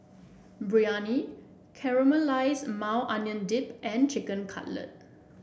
Biryani Caramelized Maui Onion Dip and Chicken Cutlet